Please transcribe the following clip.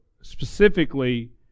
specifically